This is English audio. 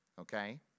okay